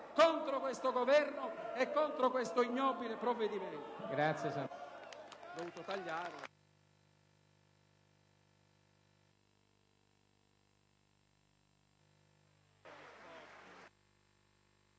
contro questo Governo e contro questo ignobile provvedimento.